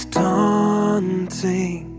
daunting